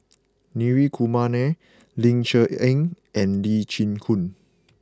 Hri Kumar Nair Ling Cher Eng and Lee Chin Koon